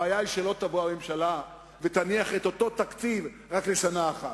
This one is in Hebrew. הבעיה היא שלא תבוא הממשלה ותניח את אותו תקציב רק לשנה אחת.